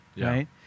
right